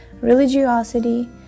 religiosity